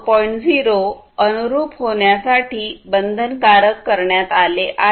0 अनुरूप होण्यासाठी बंधनकारक करण्यात आले आहे